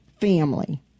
family